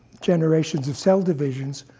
generations of cell divisions,